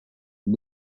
and